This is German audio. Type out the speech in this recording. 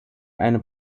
eine